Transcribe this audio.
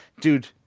dude